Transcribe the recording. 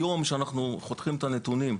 היום כשאנחנו חותכים את הנתונים,